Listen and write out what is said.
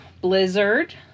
blizzard